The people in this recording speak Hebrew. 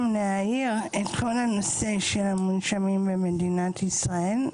להאיר את כל נושא המונשמים במדינת ישראל,